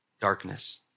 Darkness